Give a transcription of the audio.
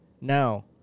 Now